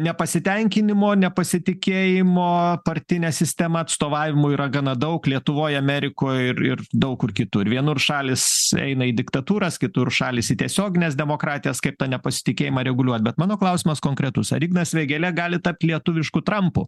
nepasitenkinimo nepasitikėjimo partine sistema atstovavimu yra gana daug lietuvoj amerikoj ir ir daug kur kitur vienur šalys eina į diktatūras kitur šalys į tiesiogines demokratijas kaip tą nepasitikėjimą reguliuot bet mano klausimas konkretus ar ignas vėgėlė gali tapt lietuvišku trampu